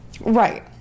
Right